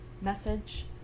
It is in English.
message